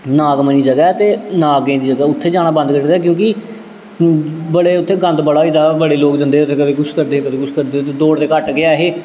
नाग मनि ज'गा ऐ ते नागें दी ज'गा ऐ उत्थै जाना बंद करी ओड़े दा क्योंकि बड़े उत्थै गंद बड़ा होई दा हा बड़े लोग जंदे हे कदें कुछ करदे हे कदें कुछ करदे हे ते दौड़दे घट्ट गै हे